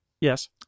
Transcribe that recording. Yes